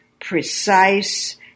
precise